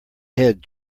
head